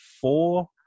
four